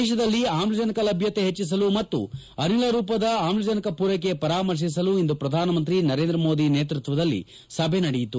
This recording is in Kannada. ದೇತದಲ್ಲಿ ಆಮ್ಲಜನಕ ಲಭ್ಞತೆ ಹೆಚ್ಚಿಸಲು ಮತ್ತು ಅನಿಲ ರೂಪದ ಆಮ್ಲಜನಕ ಪೂರ್ಕೆಕೆ ಪರಾಮರ್ತಿಸಲು ಇಂದು ಪ್ರಧಾನಮಂತ್ರಿ ನರೇಂದ್ರ ಮೋದಿ ನೇತೃತ್ವದಲ್ಲಿ ಸಭೆ ನಡೆಯಿತು